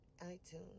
iTunes